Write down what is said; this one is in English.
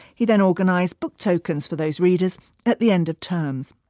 he then organised book tokens for those readers at the end of terms.